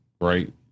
right